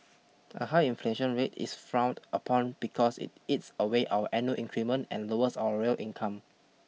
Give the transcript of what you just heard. a high inflation rate is frowned upon because it eats away our annual increment and lowers our real income